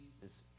Jesus